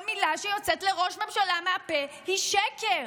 מילה שיוצאת לראש ממשלה מהפה היא שקר?